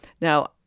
Now